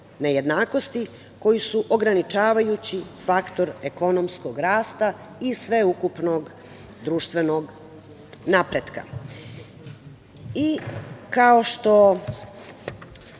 nejednakosti koji su ograničavajući faktor ekonomskog rasta i sveukupnog društvenog napretka. Kao što